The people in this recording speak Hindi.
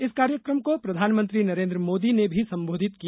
इस कार्यक्रम को प्रधानमंत्री नरेंद्र मोदी ने भी संबोधित किया